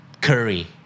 curry